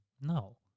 No